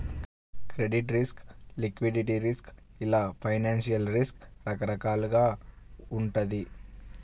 credit risk, liquidity risk ఇలా financial risk రకరకాలుగా వుంటది